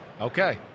Okay